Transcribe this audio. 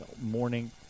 morning